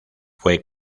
fue